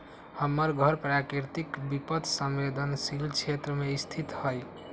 हमर घर प्राकृतिक विपत संवेदनशील क्षेत्र में स्थित हइ